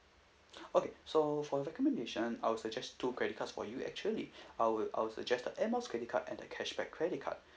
okay so for recommendation I'll suggest two credit cards for you actually I will I will suggest the air miles credit card and the cashback credit card